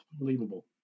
Unbelievable